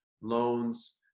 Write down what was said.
loans